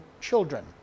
children